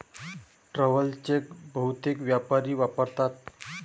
travel cheque बहुतेक व्यापारी वापरतात